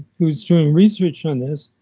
who's doing research on this,